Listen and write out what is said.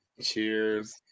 Cheers